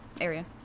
area